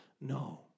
no